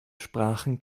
sprachen